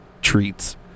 Treats